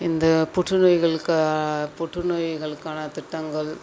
இந்த புற்று நோய்களுக்கு புற்று நோய்களுக்கான திட்டங்கள்